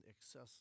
excess